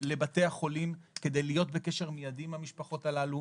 לבתי החולים כדי להיות בקשר מיידי עם המשפחות הללו.